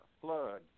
flood